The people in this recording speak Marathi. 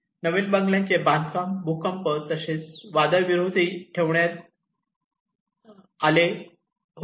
नवीन बंगल्याचे बांधकाम भूकंप तसेच वादळ विरोधी ठेवण्यात आले होते